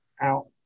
out